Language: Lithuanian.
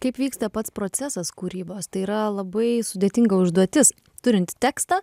kaip vyksta pats procesas kūrybos tai yra labai sudėtinga užduotis turint tekstą